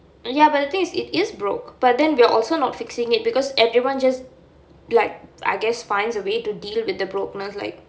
ya but the thing is it is broke but then we are also not fixing it because everyone just like I guess finds a way to deal with the brokeness like